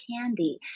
candy